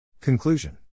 Conclusion